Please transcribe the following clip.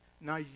Now